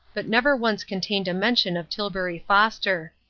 but never once contained a mention of tilbury foster.